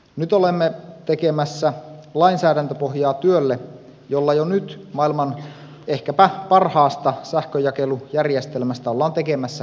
nyt olemme tekemässä lainsäädäntöpohjaa työlle jolla jo nyt maailman ehkäpä parhaasta sähkönjakelujärjestelmästä ollaan tekemässä täydellistä